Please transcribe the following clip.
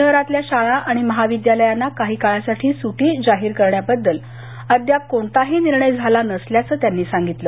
शहरातल्या शाळा आणि महाविद्यालयांना काही काळासाठी सुटी जाहीर करण्याबद्दल कोणताही निर्णय झाला नसल्याचं त्यांनी सांगितलं